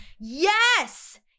Yes